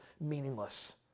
meaningless